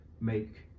make